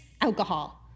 alcohol